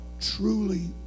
truly